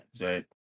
right